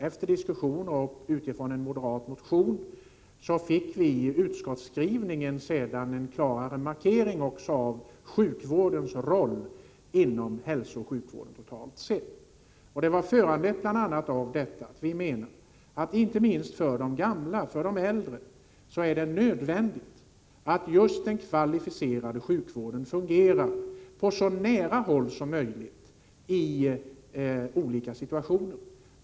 Efter diskussioner och utifrån en moderat motion fick utskottsskrivningen en klarare markering av sjukvårdens roll inom hälsooch sjukvården totalt sett. Detta föranleddes av att vi menade att det inte minst för gamla och äldre är nödvändigt att just den kvalificerade sjukvården fungerar på så nära håll som möjligt i olika situationer.